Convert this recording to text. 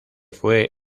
fue